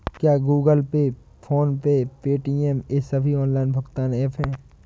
क्या Google Pay PhonePe Paytm ये सभी ऑनलाइन भुगतान ऐप हैं?